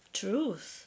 truth